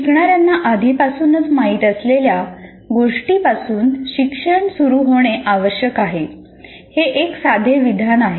शिकणाऱ्यांना आधीपासूनच माहित असलेल्या गोष्टीपासून शिक्षण सुरू होणे आवश्यक आहे हे एक साधे विधान आहे